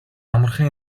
амархан